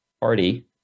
party